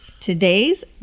Today's